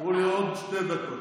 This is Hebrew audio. אמרו לי עוד שתי דקות.